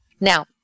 Now